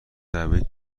دوید